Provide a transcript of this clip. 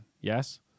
Yes